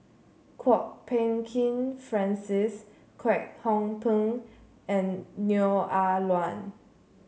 Kwok Peng Kin Francis Kwek Hong Png and Neo Ah Luan